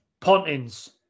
Pontins